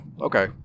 okay